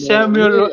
Samuel